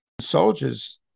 soldiers